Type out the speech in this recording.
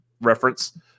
reference